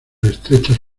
estrechas